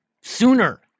sooner